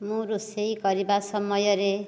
ମୁଁ ରୋଷେଇ କରିବା ସମୟରେ